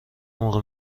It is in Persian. موقع